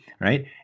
right